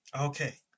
Okay